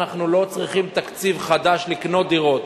אנחנו לא צריכים תקציב חדש כדי לקנות דירות,